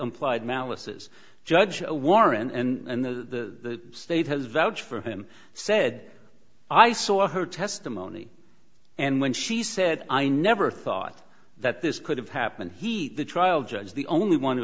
implied malice says judge warren and the state has vouch for him said i saw her testimony and when she said i never thought that this could have happened he the trial judge the only one